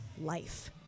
life